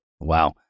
Wow